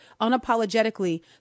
unapologetically